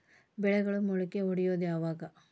ಬೆಳೆಗಳು ಮೊಳಕೆ ಒಡಿಯೋದ್ ಯಾವಾಗ್?